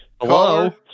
Hello